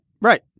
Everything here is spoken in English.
right